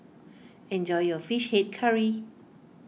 enjoy your Fish Head Curry